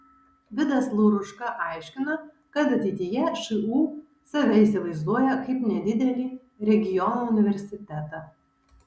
vidas lauruška aiškina kad ateityje šu save įsivaizduoja kaip nedidelį regiono universitetą